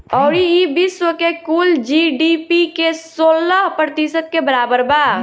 अउरी ई विश्व के कुल जी.डी.पी के सोलह प्रतिशत के बराबर बा